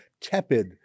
tepid